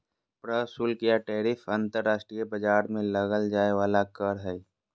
प्रशुल्क या टैरिफ अंतर्राष्ट्रीय व्यापार में लगल जाय वला कर हइ